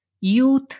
youth